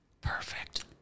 Perfect